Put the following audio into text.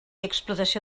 explotació